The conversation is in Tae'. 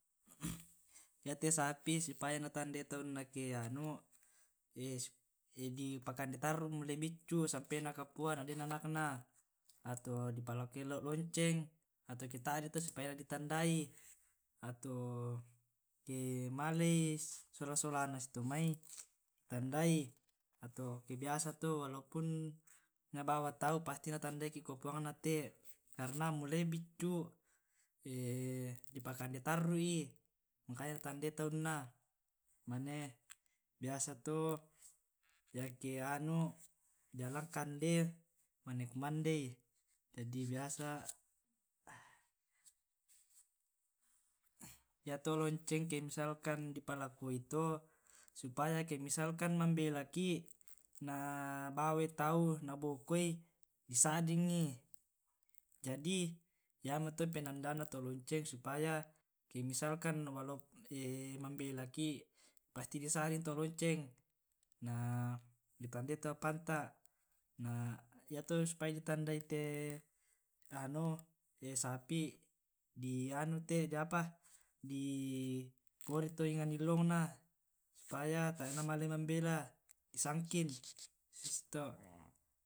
Hem iya te sapi supaya na tandai tauna ke anu di pakande tarru mulai beccu sampai na kapao na den anakna. Ato di palokoi lonceng atau ke ta'de i to supaya na di tandai. Ato ke malei sola solana susi to' mai tandai ato ke biasa to walaupun na bawa tau pasti na tandaiki ke pungna te' karena mulai biccuk dipakande tarru. Makanya na tandai tauna. Mane biasa to yake anu dialang kande mane kumandei. yato lonceng ke misalkan di palakoi to. Supaya ke misalkan mambelaki nabawai tau na bokoi di sa'dingngi jadi iya mo to penandana to' lonceng supaya ke misalkan mambela ki pasti di sa'ding to lonceng na di tandai tu apanta'. Na yato supaya ditandai te di pori to enang illongna supaya tae'na male membela di sangkin susi to'.